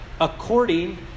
According